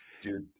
Dude